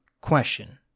Question